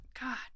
God